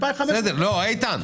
איתן,